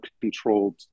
controlled